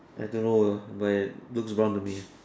I don't know uh but it looks brown to me